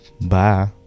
bye